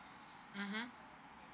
mmhmm